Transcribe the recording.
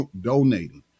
donating